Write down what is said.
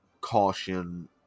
caution